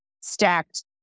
stacked